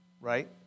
right